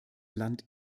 land